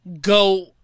go